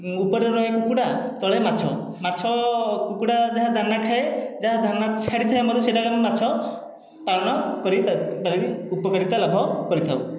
ଉପରେ ରୁହେ କୁକୁଡ଼ା ତଳେ ମାଛ ମାଛ କୁକୁଡ଼ା ଯାହା ଦାନା ଖାଏ ଯାହା ଦାନ ଛାଡ଼ିଥାଏ ମଧ୍ୟ ସେଇଟା ମାଛ ପାଳନ କରି ଉପକାରିତା ଲାଭ କରିଥାଉ